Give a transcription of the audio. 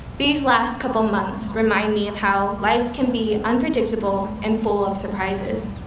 these last couple months remind me of how life can be unpredictable and full of surprises.